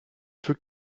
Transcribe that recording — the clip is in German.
füg